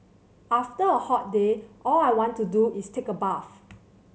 after a hot day all I want to do is take a bath